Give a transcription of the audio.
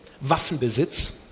Waffenbesitz